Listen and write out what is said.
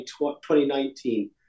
2019